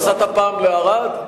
נסעת פעם לערד?